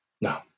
No